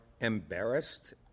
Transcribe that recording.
embarrassed